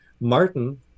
Martin